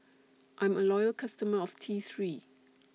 I'm A Loyal customer of T three